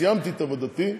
סיימתי את עבודתי,